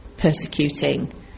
persecuting